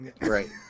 Right